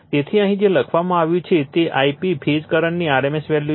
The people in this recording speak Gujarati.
તેથી અહીં જે લખવામાં આવ્યું છે તે Ip ફેઝ કરંટની rms વેલ્યુ છે